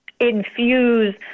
infuse